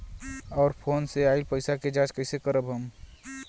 और फोन से आईल पैसा के जांच कैसे करब हम?